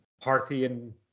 Parthian